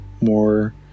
more